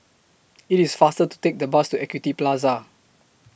IT IS faster to Take The Bus to Equity Plaza